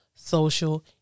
Social